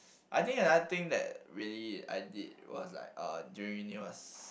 I think another thing that really I did was like uh during uni was